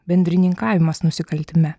bendrininkavimas nusikaltime